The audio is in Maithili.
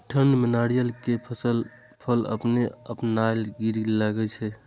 ठंड में नारियल के फल अपने अपनायल गिरे लगए छे?